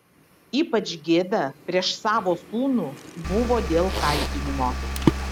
ypač gėda prieš savo sūnų buvo dėl kaltinimo